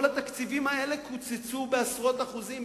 כל התקציבים הללו קוצצו בעשרות אחוזים,